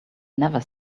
never